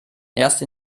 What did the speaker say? erst